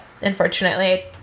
unfortunately